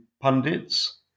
pundits